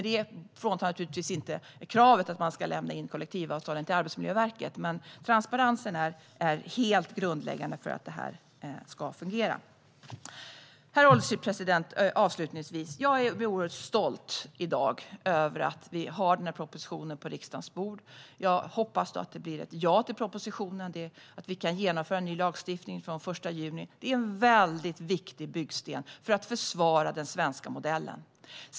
Det eliminerar naturligtvis inte kravet på att lämna in kollektivavtalen till Arbetsmiljöverket, men transparensen är helt grundläggande för att detta ska fungera. Herr ålderspresident! Avslutningsvis är jag i dag oerhört stolt över att vi har lagt denna proposition på riksdagens bord. Jag hoppas att det blir ett ja till propositionen och att vi kan genomföra en ny lagstiftning från den 1 juni. Det är en väldigt viktig byggsten för att försvara den svenska modellen.